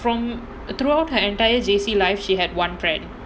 from throughout her entire J_C life she had one friend